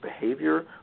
behavior